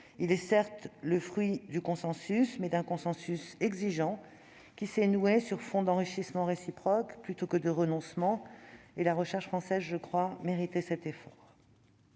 il est certes le fruit du consensus, mais d'un consensus exigeant, qui s'est noué sur fond d'enrichissements réciproques, plutôt que de renoncements. La recherche française méritait cet effort.